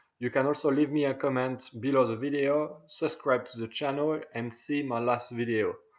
you can also leave me a comment below the video. subscribe to the channel ah and see my last video.